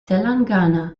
telangana